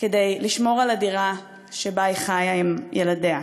כדי לשמור על הדירה שבה היא חיה עם ילדיה,